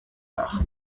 dach